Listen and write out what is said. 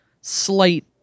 slight